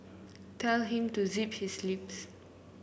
tell him to zip his lips